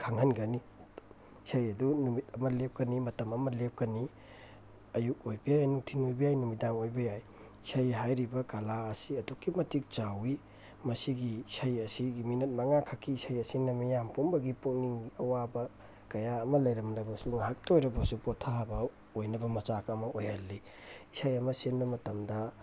ꯈꯪꯍꯟꯒꯅꯤ ꯏꯁꯩ ꯑꯗꯨ ꯅꯨꯃꯤꯠ ꯑꯃ ꯂꯦꯞꯀꯅꯤ ꯃꯇꯝ ꯑꯃ ꯂꯦꯞꯀꯅꯤ ꯑꯌꯨꯛ ꯑꯣꯏꯕ ꯌꯥꯏ ꯅꯨꯡꯊꯤꯜ ꯑꯣꯏꯕ ꯌꯥꯏ ꯅꯨꯃꯤꯗꯥꯡ ꯑꯣꯏꯕ ꯌꯥꯏ ꯏꯁꯩ ꯍꯥꯏꯔꯤꯕ ꯀꯂꯥ ꯑꯁꯤ ꯑꯗꯨꯛꯀꯤ ꯃꯇꯤꯛ ꯆꯥꯎꯋꯤ ꯃꯁꯤꯒꯤ ꯏꯁꯩ ꯑꯁꯤꯒꯤ ꯃꯤꯅꯠ ꯃꯉꯥꯈꯛꯀꯤ ꯏꯁꯩ ꯑꯁꯤꯅ ꯃꯤꯌꯥꯝ ꯄꯨꯝꯕꯒꯤ ꯄꯨꯛꯅꯤꯡꯒꯤ ꯑꯋꯥꯕ ꯀꯌꯥ ꯑꯃ ꯂꯩꯔꯝꯂꯕꯁꯨ ꯉꯥꯏꯍꯥꯛꯇ ꯑꯣꯏꯔꯕꯁꯨ ꯄꯣꯠꯊꯥꯕ ꯑꯣꯏꯅꯕ ꯃꯆꯥꯛ ꯑꯃ ꯑꯣꯏꯍꯜꯂꯤ ꯏꯁꯩ ꯑꯃ ꯁꯤꯟꯕ ꯃꯇꯝꯗ